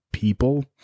People